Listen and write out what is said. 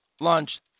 Lunch